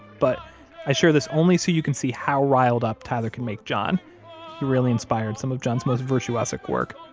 but i share this only so you can see how riled up tyler can make john. he really inspired some of john's most virtuosic work.